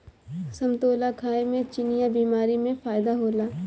समतोला खाए से चिनिया बीमारी में फायेदा होला